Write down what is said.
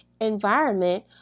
environment